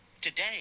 Today